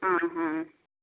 ହଁ ହଁ